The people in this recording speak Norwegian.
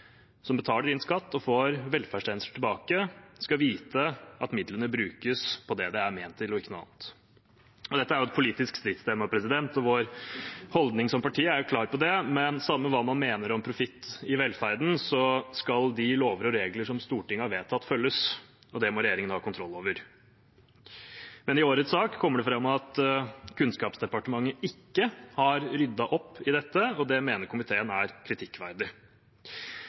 som betaler inn skatt og får velferdstjenester tilbake, skal vite at midlene brukes på det de er ment til, og ikke noe annet. Dette er et politisk stridstema. Vår holdning som parti er klar på det, men samme hva man mener om profitt i velferden, skal de lover og regler som Stortinget har vedtatt, følges. Det må regjeringen ha kontroll over. Men i årets sak kommer det fram at Kunnskapsdepartementet ikke har ryddet opp i dette, og det mener komiteen er kritikkverdig.